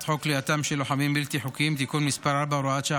חוק כליאתם של לוחמים בלתי חוקיים (תיקון מס' 4 והוראת שעה,